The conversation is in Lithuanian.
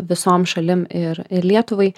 visom šalim ir ir lietuvai